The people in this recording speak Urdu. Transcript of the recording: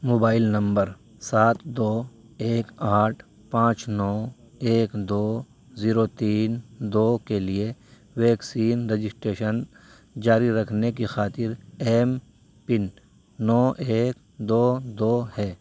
موبائل نمبر سات دو ایک آٹھ پانچ نو ایک دو زیرو تین دو کے لیے ویکسین رجسٹریشن جاری رکھنے کی خاطر ایم پن نو ایک دو دو ہے